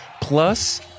plus